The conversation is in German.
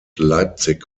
leipzig